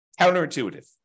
Counterintuitive